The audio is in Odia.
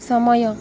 ସମୟ